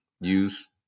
use